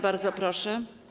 Bardzo proszę.